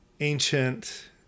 ancient